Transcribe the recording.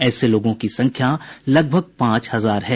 ऐसे लोगों की संख्या लगभग पांच हजार है